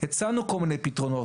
הצענו כל מיני פתרונות,